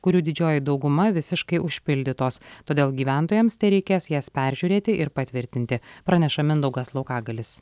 kurių didžioji dauguma visiškai užpildytos todėl gyventojams tereikės jas peržiūrėti ir patvirtinti praneša mindaugas laukagalis